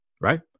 right